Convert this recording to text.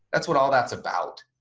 that's what all that's about.